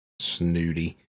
snooty